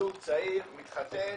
זוג צעיר מתחתן,